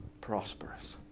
prosperous